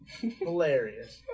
Hilarious